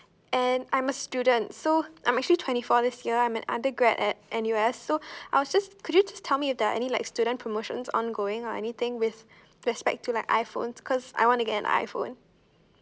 and I'm a student so I'm actually twenty four this year I'm an undergrad at N_U_S so I was just could you just tell me there are any like student promotions ongoing or anything with respect to like iPhones cause I want to get an iPhone